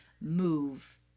move